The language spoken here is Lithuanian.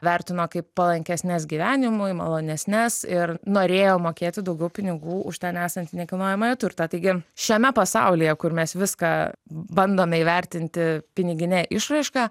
vertino kaip palankesnes gyvenimui malonesnes ir norėjo mokėti daugiau pinigų už ten esantį nekilnojamąjį turtą taigi šiame pasaulyje kur mes viską bandome įvertinti pinigine išraiška